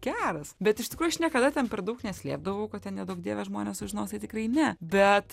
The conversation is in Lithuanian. geras bet iš tikrųjų aš niekada ten per daug neslėpdavau kad ten neduok dieve žmonės sužinos tai tikrai ne bet